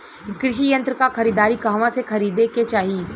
कृषि यंत्र क खरीदारी कहवा से खरीदे के चाही?